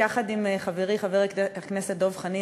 יחד עם חברי חבר הכנסת דב חנין,